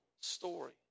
story